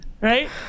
Right